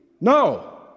No